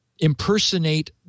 Impersonate